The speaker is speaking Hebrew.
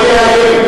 לא יאיים.